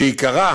ועיקרה